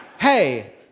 Hey